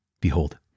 Behold